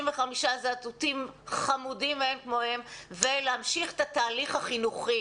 זאטוטים חמודים ולהמשיך את התהליך החינוכי.